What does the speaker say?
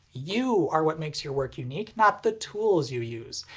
you are what makes your work unique, not the tools you use.